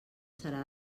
serà